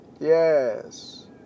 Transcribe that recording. Yes